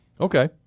Okay